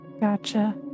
Gotcha